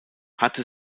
hatte